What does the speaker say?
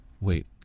wait